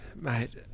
mate